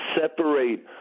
separate